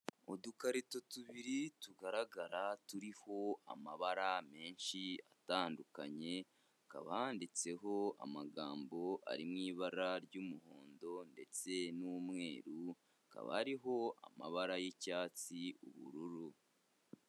Udukarito tubiri tugaragara turiho amabara menshi atandukanye, hakaba handitseho amagambo ari mu ibara ry'umuhondo ndetse n'umweru, hakaba hariho amabara y'icyatsi, ubururu.